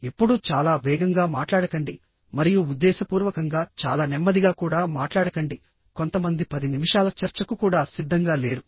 ఎప్పుడూ చాలా వేగంగా మాట్లాడకండి మరియు ఉద్దేశపూర్వకంగా చాలా నెమ్మదిగా కూడా మాట్లాడకండి కొంతమంది 10 నిమిషాల చర్చకు కూడా సిద్ధంగా లేరు